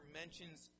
mentions